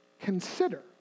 consider